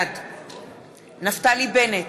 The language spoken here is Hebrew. בעד נפתלי בנט,